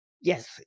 yes